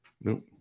Nope